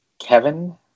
Kevin